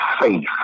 faith